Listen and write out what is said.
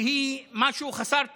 שהיא משהו חסר תקדים,